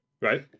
Right